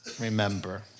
Remember